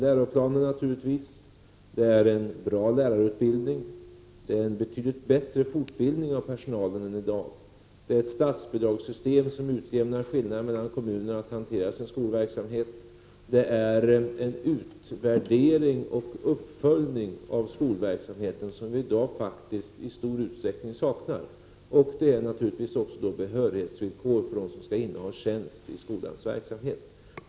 Det är läroplanen, naturligtvis, det är en bra lärarutbildning, det är en betydligt bättre fortbildning än i dag av personalen, det är ett statsbidragssystem som utjämnar skillnaderna mellan kommunerna när det gäller att hantera skolverksamheten, det är en utvärdering och en uppföljning av skolverksamheten, vilket vi i dag faktiskt i stor utsträckning saknar, och det är givetvis också behörighetsvillkor för dem som skall inneha tjänst i skolans verksamhet.